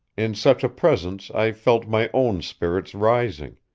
in such a presence i felt my own spirits rising,